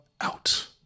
out